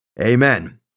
amen